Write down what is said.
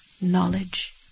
knowledge